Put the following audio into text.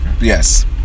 Yes